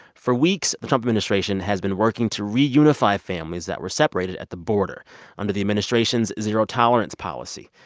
for weeks, the trump administration has been working to reunify families that were separated at the border under the administration's zero-tolerance policy.